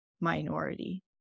minority